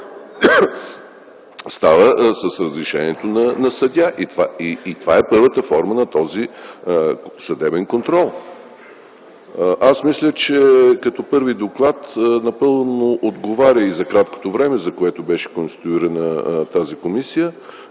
става с разрешението на съдия. Това е първата форма на този съдебен контрол. Аз мисля, че този първи доклад, предвид краткото време, за което беше конституирана тази комисия,